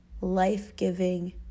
life-giving